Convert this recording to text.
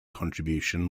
contribution